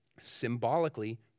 symbolically